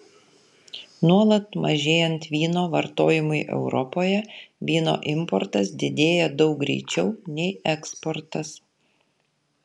nuolat mažėjant vyno vartojimui europoje vyno importas didėja daug greičiau nei eksportas